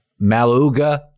Maluga